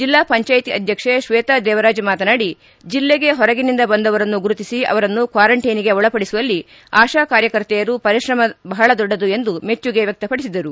ಜಿಲ್ಲಾ ಪಂಚಾಯಿತಿ ಅಧ್ಯಕ್ಷೆ ಕ್ವೇತ ದೇವರಾಜ್ ಮಾತನಾಡಿ ಜಿಲ್ಲೆಗೆ ಹೊರಗಿನಿಂದ ಬಂದವರನ್ನು ಗುರುತಿಸಿ ಅವರನ್ನು ಕ್ವಾರಂಟ್ಟೆನ್ಗೆ ಒಳಪಡಿಸುವಲ್ಲಿ ಆಶಾ ಕಾರ್ಯಕರ್ತೆಯರು ಪರಿಶ್ರಮ ಬಹಳ ದೊಡ್ಡದು ಎಂದು ಮೆಚ್ಚುಗೆ ವ್ಯಕ್ತಪಡಿಸಿದರು